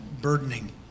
burdening